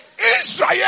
Israel